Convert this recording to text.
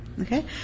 Okay